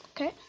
okay